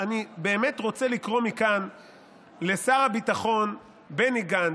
אני באמת רוצה לקרוא מכאן לשר הביטחון בני גנץ: